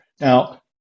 Now